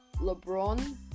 LeBron